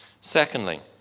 secondly